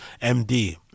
MD